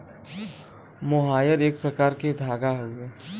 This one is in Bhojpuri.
मोहायर एक प्रकार क धागा हउवे